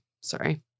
Sorry